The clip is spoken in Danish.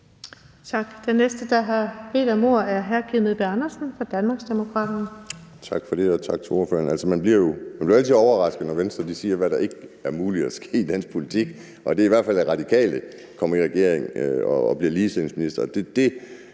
Tak. Den næste, der har bedt om ordet, er hr. Kim Edberg Andersen fra Danmarksdemokraterne. Kl. 14:14 Kim Edberg Andersen (DD): Tak for det. Og tak til ordføreren. Altså, man bliver jo altid overrasket, når Venstre siger, hvad det ikke er muligt vil ske i dansk politik, og det er i hvert fald, at Radikale kommer i regering og en af dem bliver ligestillingsminister.